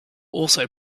also